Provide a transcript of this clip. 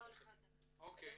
אוקי.